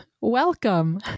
Welcome